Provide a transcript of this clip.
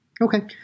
Okay